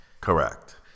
Correct